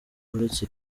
uretse